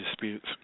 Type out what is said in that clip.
disputes